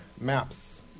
maps